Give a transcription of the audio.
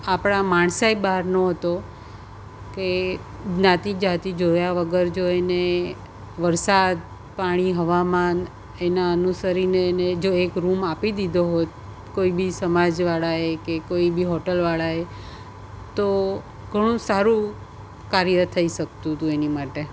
આપણા માણસાઈ બહારનો હતો કે જ્ઞાતી જાતિ જોયા વગર જો એને વરસાદ પાણી હવામાન એના અનુસરીને એને જો એક રૂમ આપી દીધો હોત કોઈ બી સમાજવાળાએ કે કોઈ બી હોટલવાળાએ તો ઘણું સારું કાર્ય થઈ શકતું હતું એની માટે